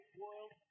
world